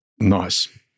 Nice